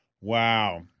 Wow